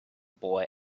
boy